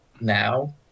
now